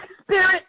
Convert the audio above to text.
Spirit